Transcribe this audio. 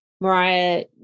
Mariah